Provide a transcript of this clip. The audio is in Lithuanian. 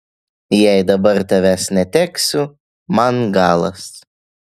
jei dabar tavęs neteksiu man galas